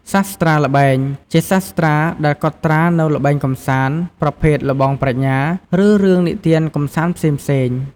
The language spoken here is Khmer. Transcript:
សាស្ត្រាល្បែង ជាសាស្ត្រាដែលកត់ត្រានូវល្បែងកម្សាន្ត ប្រភេទល្បងប្រាជ្ញា ឬរឿងនិទានកម្សាន្តផ្សេងៗ។